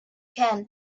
can